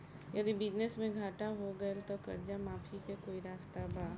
यदि बिजनेस मे घाटा हो गएल त कर्जा माफी के कोई रास्ता बा?